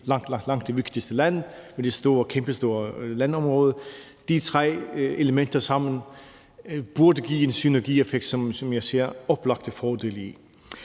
langt, langt det vigtigste land med det kæmpestore landområde. De tre elementer sammen burde give en synergieffekt, som jeg ser oplagte fordele i.